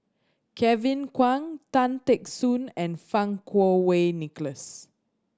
Kevin Kwan Tan Teck Soon and Fang Kuo Wei Nicholas